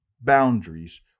boundaries